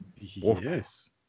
Yes